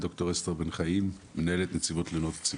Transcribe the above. ד"ר אסתר בן חיים, מנהלת נציבת תלונות הציבור.